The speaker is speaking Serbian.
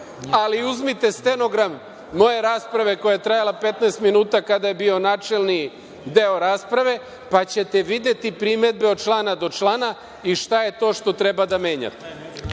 ali uzmite stenogram moje rasprave koja je trajala 15 minuta, kada je bio načelni deo rasprave, pa ćete videti primedbe od člana do člana i šta je to što treba da menjate.